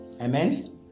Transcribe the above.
amen